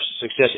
success